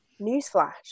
Newsflash